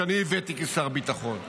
שאני הבאתי כשר ביטחון.